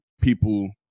people